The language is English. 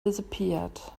disappeared